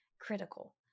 critical